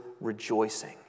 rejoicing